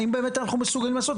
האם באמת אנחנו מסוגלים לעשות?